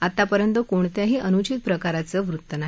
आतापर्यंत कोणत्याही अनुचित प्रकाराचं वृत्त नाही